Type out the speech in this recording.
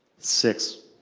six.